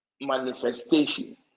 manifestation